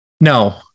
No